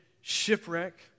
shipwreck